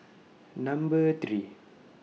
Number three